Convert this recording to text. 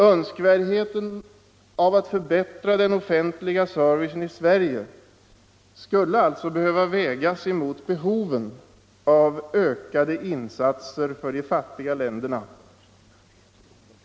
Önskvärdheten av att förbättra den offentliga servicen i Sverige skulle alltså behöva vägas mot behoven av ökade insatser för de fattiga länderna.